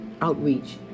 Outreach